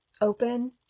open